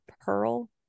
pearl